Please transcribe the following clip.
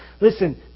Listen